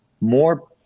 more